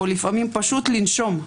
או לפעמים פשוט לנשום,